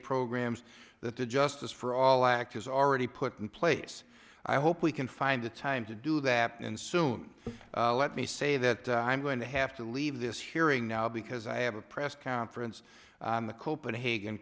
programs that the justice for all act has already put in place i hope we can find the time to do that and soon let me say that i'm going to have to leave this hearing now because i have a press conference on the copenhagen